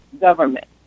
government